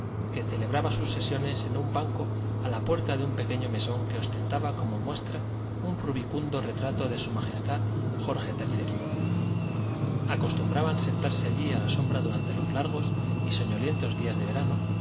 que celebraba sus sesiones en un banco a la puerta de un pequeño mesón que ostentaba como muestra un rubicundo retrato de su majestad jorge iii acostumbraban sentarse allí a la sombra durante los largos y soñolientos días de verano